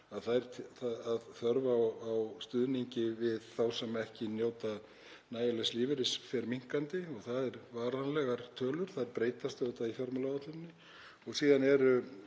vaxa og þörf á stuðningi við þá sem ekki njóta nægilegs lífeyris fer minnkandi og það eru varanlegar tölur og þær breytast auðvitað í fjármálaáætluninni. Síðan er